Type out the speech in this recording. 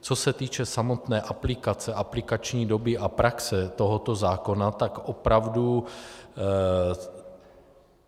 Co se týče samotné aplikace, aplikační doby a praxe tohoto zákona, tak opravdu